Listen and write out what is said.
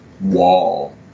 wall